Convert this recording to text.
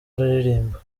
aririmba